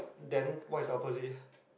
then what's the opposite